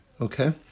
okay